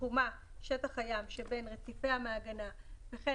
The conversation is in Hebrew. שתחומה שטח הים שבין רציפי המעגנה וכן